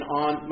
on